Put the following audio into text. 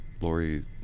Lori